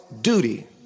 duty